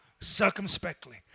circumspectly